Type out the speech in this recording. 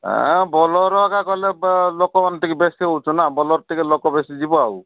ହେ ବୋଲରୋଟା କଲେ ଲୋକମାନେ ଟିକେ ବେଶୀ ହେଉଛୁ ନା ବୋଲେରୋ ଟିକେ ଲୋକ ବେଶୀ ଯିବ ଆଉ